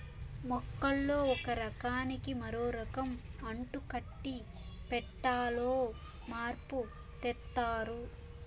మొక్కల్లో ఒక రకానికి మరో రకం అంటుకట్టి పెట్టాలో మార్పు తెత్తారు